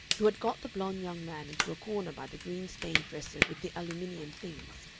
who had got the blond young man into a corner by the green-stained dresser with the aluminum things,